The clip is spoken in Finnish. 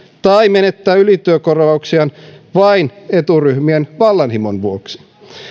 tai menettää ylityökorvauksiaan vain eturyhmien vallanhimon vuoksi